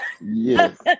yes